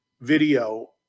video